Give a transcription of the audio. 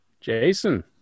Jason